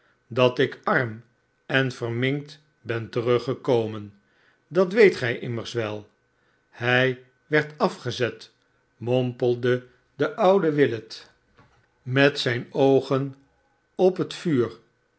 dat ik arm en verminkt ben teruggekomen dat weet gij immers wel hij werd afgezet mompelde de oude willet met zijne oogen op het vuur